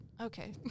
Okay